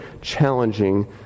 challenging